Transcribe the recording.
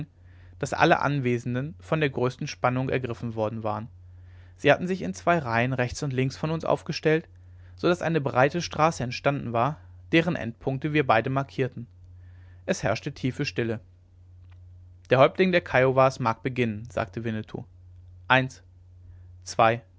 daß alle anwesenden von der größten spannung ergriffen worden waren sie hatten sich in zwei reihen rechts und links von uns aufgestellt so daß eine breite straße entstanden war deren endpunkte wir beide markierten es herrschte tiefe stille der häuptling der kiowas mag beginnen sagte winnetou eins zwei